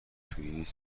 بعدی